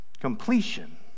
completion